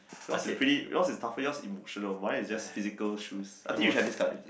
yours is pretty yours is tougher yours emotional mine is just physical shoes I think you should have this card